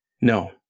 no